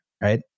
right